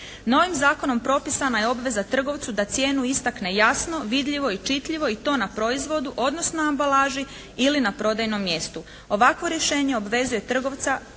Novim zakonom propisana je obveza trgovcu da cijenu istakne jasno, vidljivo i čitljivo i to na proizvodu, odnosno ambalaži ili na prodajnom mjestu. Ovakvo rješenje obvezuje trgovca